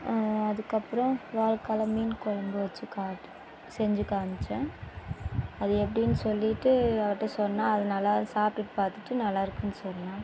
அதுக்கு அப்றம் வாழக்கால மீன் கொழம்பு வைச்சு காட்டிட்டு செஞ்சு காமித்தேன் அது எப்படின்னு சொல்லிட்டு அவள்ட்ட சொன்னே அது நல்லா சாப்பிட்டு பார்த்துட்டு நல்லாயிருக்குனு சொன்னாள்